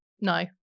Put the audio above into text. No